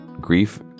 Grief